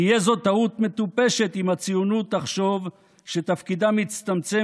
תהיה זו טעות מטופשת אם הציונות תחשוב שתפקידה מצטמצם